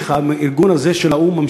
הארגון הזה של האו"ם,